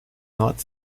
not